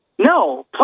No